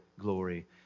glory